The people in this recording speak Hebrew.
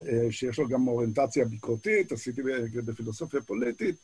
שיש לו גם אוריינטציה ביקורתית, עשיתי בפילוסופיה פוליטית.